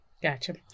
Gotcha